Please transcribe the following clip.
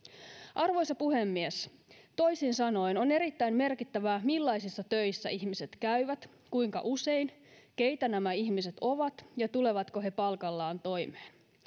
arvoisa puhemies toisin sanoen on erittäin merkittävää millaisissa töissä ihmiset käyvät kuinka usein keitä nämä ihmiset ovat ja tulevatko he palkallaan toimeen